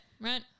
right